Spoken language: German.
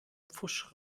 pfusch